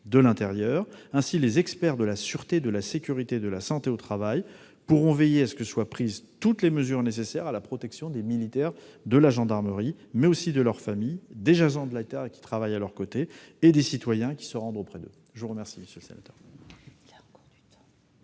de l'intérieur. Les experts de la sûreté de la sécurité et de la santé au travail pourront veiller à ce que soient prises toutes les mesures nécessaires à la protection des militaires de la gendarmerie, mais aussi de leurs familles, des agents de l'État qui travaillent à leur côté et des citoyens qui se rendent auprès d'eux. La parole est à M. Patrick